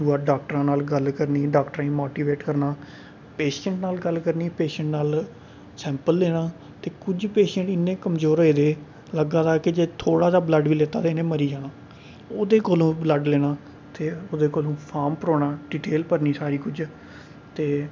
डाक्टरां नाल करनी डाक्टरें ई मोटीवेट करना पेशैंट नाल गल्ल करनी पेशैंट नाल सैंपल लेना ते किश पेशैंट इन्ने कमजेर होई गेदे लग्गा दा हा की जे थोह्ड़ा जेहा ब्लड्ड बी लैता ते इ'नें मरी जाना ओह्दे कोलूं ब्लड्ड लेना फिर ओह्दे कोलूं फार्म भरोआना डिटेल भरनी सारी किश ते